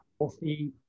healthy